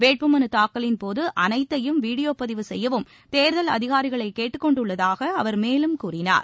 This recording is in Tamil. வேட்புமலு தாக்கலின்போது அனைத்தையும் வீடியோ பதிவு செய்யவும் தேர்தல் அதிகாரிகளை கேட்டுக்கொண்டுள்ளதாக அவர் மேலும் கூறினார்